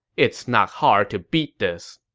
it's not hard to beat this.